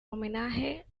homenaje